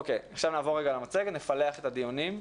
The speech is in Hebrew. אוקיי, עכשיו נעבור רגע למצגת, נפלח את הדיונים,